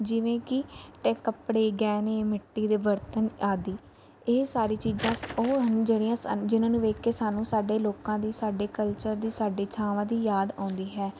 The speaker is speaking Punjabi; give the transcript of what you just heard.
ਜਿਵੇਂ ਕਿ ਟ ਕੱਪੜੇ ਗਹਿਣੇ ਮਿੱਟੀ ਦੇ ਬਰਤਨ ਆਦਿ ਇਹ ਸਾਰੀ ਚੀਜ਼ਾਂ ਉਹ ਹਨ ਜਿਹੜੀਆਂ ਸਾ ਜਿਹਨੂੰ ਵੇਖ ਕੇ ਸਾਨੂੰ ਸਾਡੇ ਲੋਕਾਂ ਦੀ ਸਾਡੇ ਕਲਚਰ ਦੀ ਸਾਡੇ ਥਾਵਾਂ ਦੀ ਯਾਦ ਆਉਂਦੀ ਹੈ